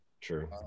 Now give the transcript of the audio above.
true